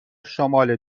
شمال